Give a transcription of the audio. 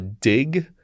Dig